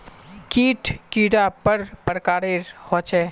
कीट कैडा पर प्रकारेर होचे?